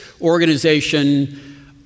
organization